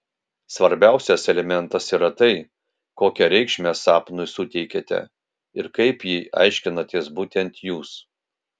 svarbiausias elementas yra tai kokią reikšmę sapnui suteikiate ir kaip jį aiškinatės būtent jūs